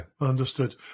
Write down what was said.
understood